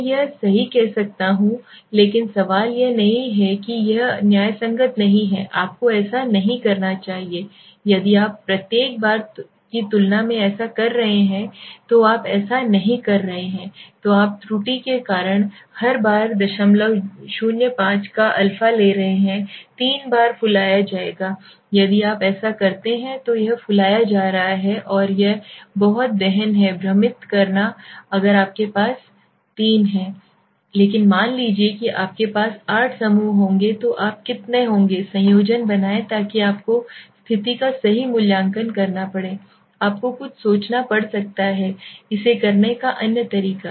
मैं यह सही कर सकता हूं लेकिन सवाल यह नहीं है कि यह न्यायसंगत नहीं है कि आपको ऐसा नहीं करना चाहिए यदि आप प्रत्येक बार की तुलना में ऐसा कर रहे हैं तो आप ऐसा नहीं कर रहे हैं तो आप त्रुटि के कारण हर बार 05 का अल्फा ले रहे हैं तीन बार फुलाया जाएगा यदि आप ऐसा करते हैं तो यह फुलाया जा रहा है और यह बहुत दहन है भ्रमित करना अगर आपके पास तीन हैं लेकिन मान लीजिए कि आपके पास आठ समूह होंगे तो आप कितने होंगे संयोजन बनाएं ताकि आपको स्थिति का सही मूल्यांकन करना पड़े आपको कुछ सोचना पड़ सकता है इसे करने का अन्य तरीका